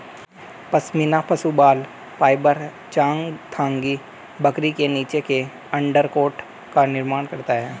पश्मीना पशु बाल फाइबर चांगथांगी बकरी के नीचे के अंडरकोट का निर्माण करता है